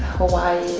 hawaii.